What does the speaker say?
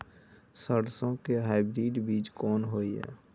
सरसो के हाइब्रिड बीज कोन होय है?